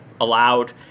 allowed